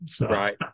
Right